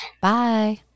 Bye